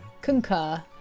concur